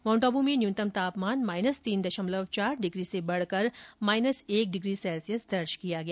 mount Abu में न्यूनतम तापमान माइनस तीन दशमलव चार डिग्री से बढ़कर माइनस एक डिग्री सैल्सियस दर्ज किया गया